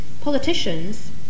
Politicians